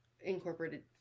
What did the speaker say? incorporated